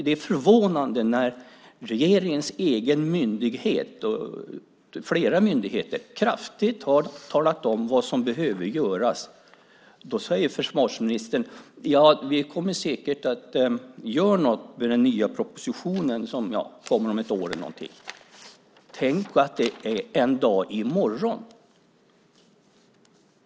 Det är förvånande när flera av regeringens egna myndigheter kraftigt har talat om vad som behöver göras. Då säger försvarsministern: Vi kommer säkert att göra något i den nya propositionen, som kommer om något år. Tänk på att det är en dag i morgon!